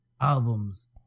albums